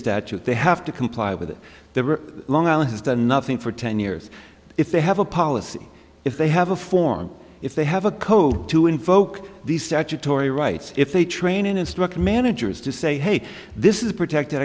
statute they have to comply with it the long island has done nothing for ten years if they have a policy if they have a form if they have a code to invoke the statutory rights if they train and instruct managers to say hey this is protected